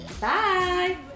Bye